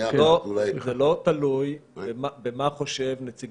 זה לא תלוי במה חושב נציג